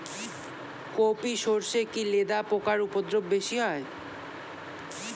কোপ ই সরষে কি লেদা পোকার উপদ্রব বেশি হয়?